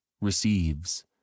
receives